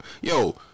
yo